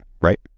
right